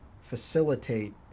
facilitate